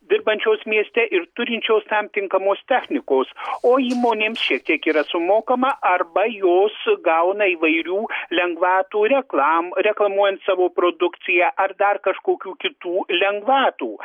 dirbančios mieste ir turinčios tam tinkamos technikos o įmonėms šiek tiek yra sumokama arba jos gauna įvairių lengvatų reklam reklamuojant savo produkciją ar dar kažkokių kitų lengvatų